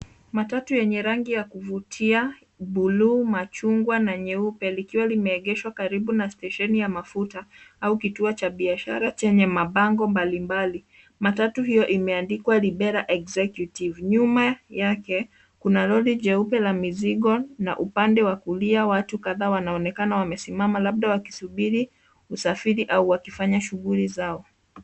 Matatu yenye rangi ya kuvutia, buluu, machungwa na nyeupe likiwa limeegeshwa karibu na stesheni ya mafuta au kituo cha biashara chenye mabango mbalimbali. Matatu hiyo imeandikwa Libera executive, nyuma yake kuna lori jeupe la mizigo na upande wa kulia watu kadhaa wanaonekana wamesimama labda wakisubiri usafiri au wakifanya shuguli zao.